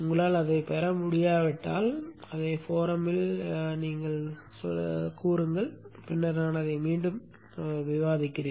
உங்களால் அதைப் பெற முடியாவிட்டால் அதை மன்றத்தில் விட்டு விடுங்கள் பின்னர் நான் அதை மீண்டும் ஒருமுறை விவாதிக்கிறேன்